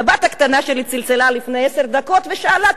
הבת הקטנה שלי צלצלה לפני עשר דקות ושאלה,